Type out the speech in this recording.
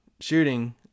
Shooting